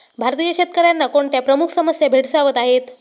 भारतीय शेतकऱ्यांना कोणत्या प्रमुख समस्या भेडसावत आहेत?